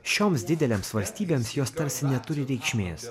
šioms didelėms valstybėms jos tarsi neturi reikšmės